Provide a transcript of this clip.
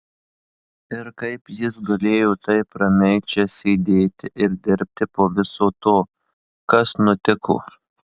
ir kaip jis galėjo taip ramiai čia sėdėti ir dirbti po viso to kas nutiko